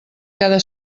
cada